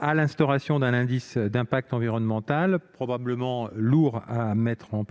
à l'instauration d'un indice d'impact environnemental, probablement lourd à mettre en oeuvre,